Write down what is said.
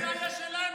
אבל זה היה שלנו,